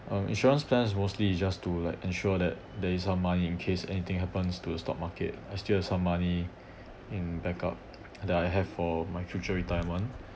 um insurance plans mostly just to like ensure that there is some money in case anything happens to stock market I still have some money in backup that I have for my future retirement